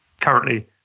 Currently